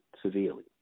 severely